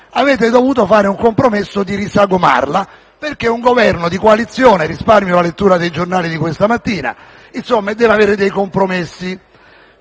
Avete dovuto fare un compromesso per ridisegnarla, perché un Governo di coalizione (risparmio la lettura dei giornali di questa mattina) deve avere dei compromessi.